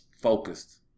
focused